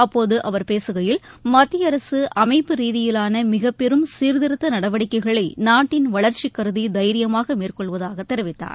அப்போது அவர் பேசுகையில் மத்திய அரசு அமைப்பு ரீதியிலான மிகப்பெரும் சீர்த்திருத்த நடவடிக்கைகளை நாட்டின் வளர்ச்சி கருதி தைரியமாக மேற்கொள்வதாக தெரிவித்தார்